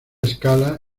escala